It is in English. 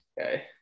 Okay